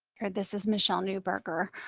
here, this is michele neuburger.